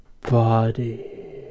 BODY